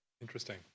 Interesting